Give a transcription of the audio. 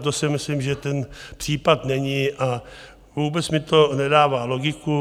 To si myslím, že ten případ není a vůbec mi to nedává logiku.